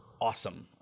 awesome